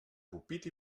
rupit